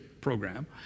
program